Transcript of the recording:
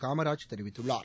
காமராஜ் தெரிவித்துள்ளார்